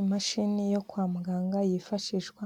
Imashini yo kwa muganga yifashishwa